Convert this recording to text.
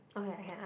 okay I can ask